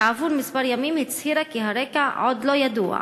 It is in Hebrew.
כעבור כמה ימים היא הצהירה כי הרקע עוד לא ידוע,